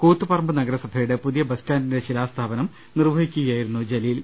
കൂത്തുപറമ്പ് നഗരസഭയുടെ പുതിയ ബസ്സ്റ്റാന്റിന്റെ ശിലാസ്ഥാപനം നിർവ്വഹിക്കുകയായിരുന്നു ജലീൽ